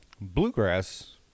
bluegrass